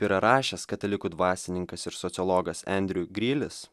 yra rašęs katalikų dvasininkas ir sociologas endriu grilis